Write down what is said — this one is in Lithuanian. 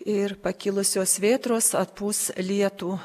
ir pakilusios vėtros atpūs lietų